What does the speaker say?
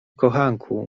kochanku